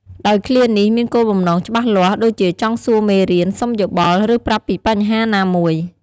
ដោយឃ្លានេះមានគោលបំណងច្បាស់លាស់ ដូចជាចង់សួរមេរៀន សុំយោបល់ ឬប្រាប់ពីបញ្ហាណាមួយ។